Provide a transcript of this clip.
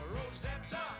Rosetta